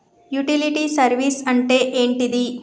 Utility service అంటే ఏంటిది?